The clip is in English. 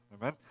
Amen